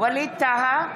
ווליד טאהא,